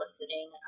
listening